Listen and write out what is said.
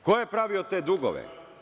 Ko je pravio te dugove?